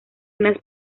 unas